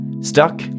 Stuck